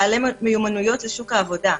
בעלי מיומנויות לשוק העבודה.